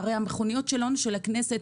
הרי המכוניות שלנו של הכנסת,